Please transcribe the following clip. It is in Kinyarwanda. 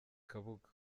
kabuga